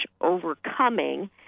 overcoming